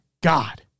God